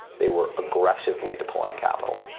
they were aggressively deploying capital,